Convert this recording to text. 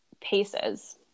paces